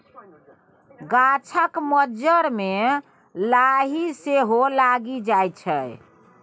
गाछक मज्जर मे लाही सेहो लागि जाइ छै